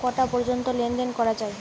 কটা পর্যন্ত লেন দেন করা য়ায়?